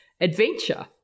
adventure